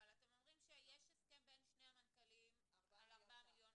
אבל אתם אומרים שיש הסכם בין שני המנכ"לים על 4 מיליון.